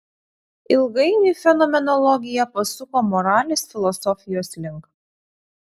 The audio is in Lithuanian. ilgainiui fenomenologija pasuko moralės filosofijos link